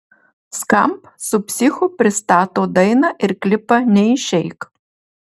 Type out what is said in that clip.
skamp su psichu pristato dainą ir klipą neišeik